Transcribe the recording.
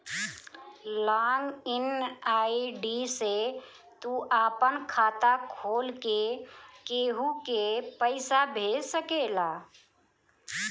log in ID से तू आपन खाता खोल के केहू के पईसा भेज सकेला